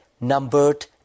numbered